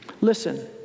listen